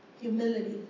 Humility